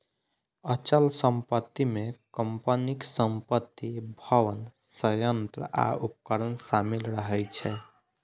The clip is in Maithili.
अचल संपत्ति मे कंपनीक संपत्ति, भवन, संयंत्र आ उपकरण शामिल रहै छै